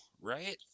right